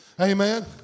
Amen